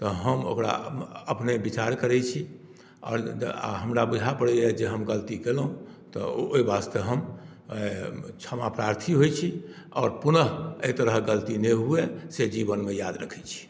तऽ हम ओकरा अपने विचार करै छी आओर हमरा बुझना पड़ैया जे हम गलती केलहुँ तऽ ओहि वास्ते हम क्षमाप्रार्थी होइ छी आओर पुनः एहि तरहक गलती नहि हुए से जीवनमे याद रखै छी